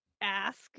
ask